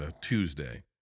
Tuesday